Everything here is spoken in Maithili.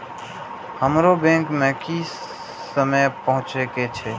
हमरो बैंक में की समय पहुँचे के छै?